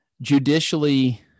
judicially